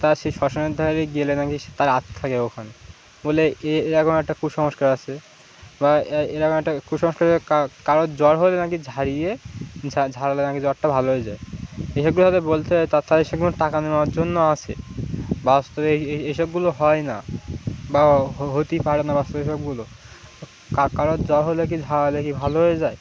তা সেই শ্বশানের ধারে গেলে নাকি সে তার আত্মা থাকে ওখানে বলে এরকম একটা কুসংস্কার আছে বা এরকম একটা কুসংস্কার কারোর জ্বর হলে নাকি ঝাড়িয়ে ঝা ঝাড়ালে নাকি জ্বরটা ভালো হয়ে যায় এইসবগুলো সাথে বলতে হয় তারা এসব টাকা নেওয়ার জন্য আসে বাস্তবে এসবগুলো হয় না বা হতেই পারে না বাস্তবে এসবগুলো কারোর জ্বর হলে কি ঝাড়ালে কি ভালো হয়ে যায়